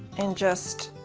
and just